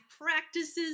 Practices